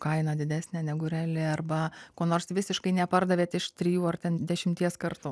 kainą didesnę negu reali arba kuo nors visiškai nepardavėt iš trijų ar ten dešimties kartų